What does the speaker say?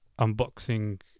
unboxing